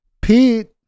Pete